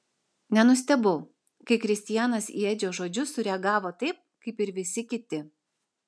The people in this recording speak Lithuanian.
nenustebau kai kristianas į edžio žodžius sureagavo taip kaip ir visi kiti